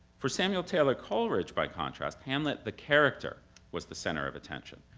for samuel taylor coleridge, by contrast, hamlet the character was the center of attention.